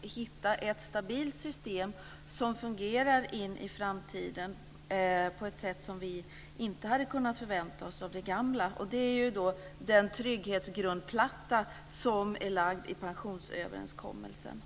hitta ett stabilt system, som fungerar in i framtiden på ett sätt som vi inte hade kunnat förvänta oss av det gamla. Det är den trygghetsgrundplatta som är lagd i pensionsöverenskommelsen.